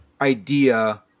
idea